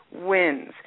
wins